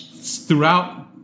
throughout